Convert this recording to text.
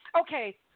okay